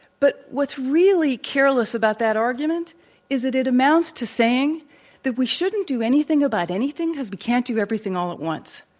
but what's really careless about that argument is that it amounts to saying that we shouldn't do anything about anything because we can't do everything all at once.